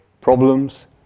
problems